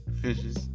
fishes